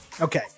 Okay